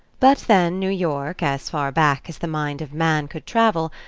but then new york, as far back as the mind of man could travel,